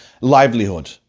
livelihood